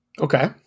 Okay